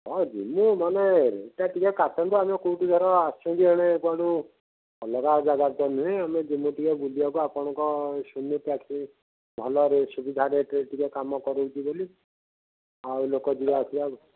ହଁ ଯିମୁ ମାନେ ଏଇଟା ଟିକିଏ କାଟନ୍ତୁ ଆମେ କୋଉଠୁ ଧର ଆସୁଛନ୍ତି ଏଣେ କୁଆଡ଼ୁ ଅଲଗା ଜାଗା ତ ନୁହେଁ ଆମେ ଯିମୁ ଟିକିଏ ବୁଲିବାକୁ ଆପଣଙ୍କ ଶୁନ୍ୟ ଟ୍ୟାକ୍ସି ଭଲରେ ସୁବିଧା ରେଟ୍ ରେ ଟିକିଏ କାମ କରନ୍ତି ବୋଲି ଆଉ ଲୋକ ଯିବା ଆସିବା